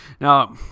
Now